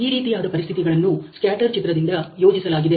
ಈ ರೀತಿಯಾದ ಪರಿಸ್ಥಿತಿಗಳನ್ನು ಸ್ಕ್ಯಾಟರ್ ಚಿತ್ರದಿಂದ ಯೋಜಿಸಲಾಗಿದೆ